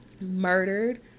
murdered